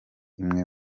imwe